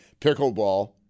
pickleball